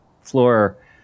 floor